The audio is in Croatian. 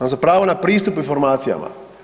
Za pravo na pristup informacijama.